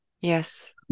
Yes